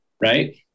right